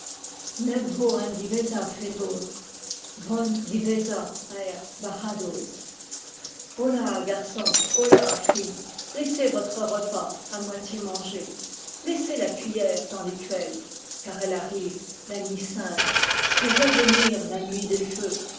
divéa er baradoz holà garçons holà filles laissez votre repas à moitié mangé laissez la cuiller dans l'écuelle car elle arrive la nuit sainte je vois venir la nuit des feux